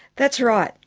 that's right.